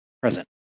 Present